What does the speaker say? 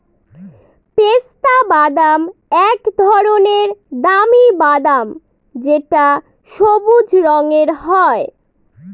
পেস্তা বাদাম এক ধরনের দামি বাদাম যেটা সবুজ রঙের হয়